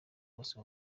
bose